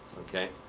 okay?